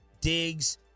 Diggs